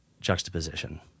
juxtaposition